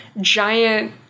giant